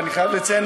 אני חייב לציין,